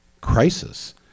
crisis